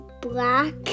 Black